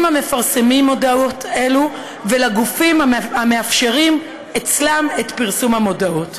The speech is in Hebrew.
המפרסמים מודעות אלו ולגופים המאפשרים אצלם את פרסום המודעות.